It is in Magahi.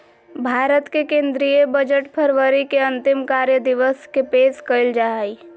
भारत के केंद्रीय बजट फरवरी के अंतिम कार्य दिवस के पेश कइल जा हइ